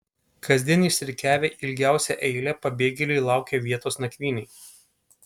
kasdien išsirikiavę į ilgiausią eilę pabėgėliai laukia vietos nakvynei